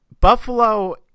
Buffalo